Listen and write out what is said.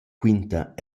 quinta